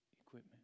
equipment